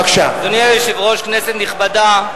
אדוני היושב-ראש, כנסת נכבדה,